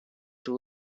too